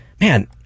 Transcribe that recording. man